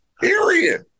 period